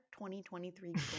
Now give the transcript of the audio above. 2023